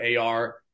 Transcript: AR